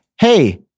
Hey